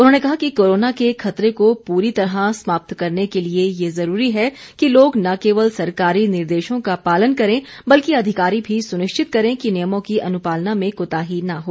उन्होंने कहा कि कोरोना के खतरे को पूरी तरह समाप्त करने के लिए ये जरूरी है कि लोग न केवल सरकारी निर्देशों का पालन करें बल्कि अधिकारी भी सुनिश्चित करें कि नियमों की अनुपालना में कोताही न हो